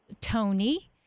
Tony